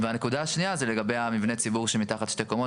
והנקודה השנייה זה לגבי מבני הציבור מתחת לשתי קומות